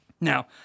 Now